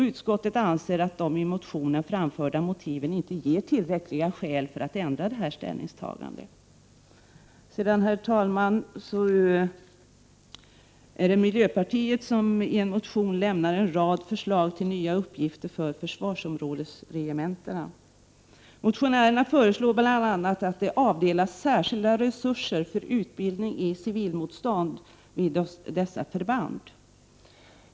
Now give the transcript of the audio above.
Utskottet anser att de i motionen framförda motiven inte ger tillräckliga skäl för att ändra detta ställningstagande. Herr talman! Miljöpartiet lämnar i en motion en rad förslag till nya uppgifter för försvarsområdesregementena. Motionärerna föreslår bl.a. att det avdelas särskilda resurser för utbildning i civilmotstånd vid dessa.